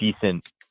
decent